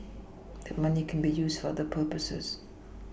that money can be used for other purposes